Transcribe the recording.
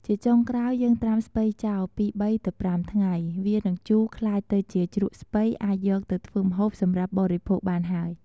ជាចុងក្រោយយេីងត្រាំស្ពៃចោល ពីបីទៅប្រាំថ្ងៃ វានឹងជូរ ក្លាយទៅជាជ្រក់ស្ពៃអាចយកទៅធ្វើម្ហូបសម្រាប់បរិភោគបានហើយ។